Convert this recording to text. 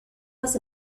was